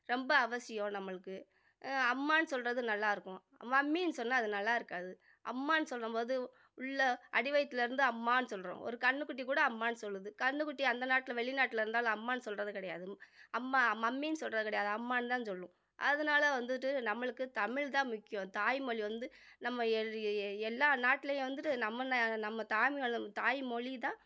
ரொம்ப அவசியம் நம்மளுக்கு அம்மானு சொல்வது நல்லா இருக்கும் மம்மின்னு சொன்னால் அது நல்லா இருக்காது அம்மானு சொல்லும்போது உள்ளே அடிவயித்தில் இருந்து அம்மானு சொல்கிறோம் ஒரு கன்றுக்குட்டி கூட அம்மானு சொல்லுது கன்றுக்குட்டி அந்த நாட்டில் வெளிநாட்டில் இருந்தாலும் அம்மானு சொல்வது கிடையாது அம்மா மம்மினு சொல்வது கிடையாது அம்மாந்தான் சொல்லும் அதனால் வந்துவிட்டு நம்மளுக்கு தமிழ் தான் முக்கியம் தாய்மொழி வந்து நம்ம எல் எல்லா நாட்லையும் வந்துவிட்டு நம்ம ந நம்ம தாய்மொழி தாய்மொழி தான்